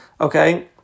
okay